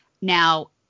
Now